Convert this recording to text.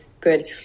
good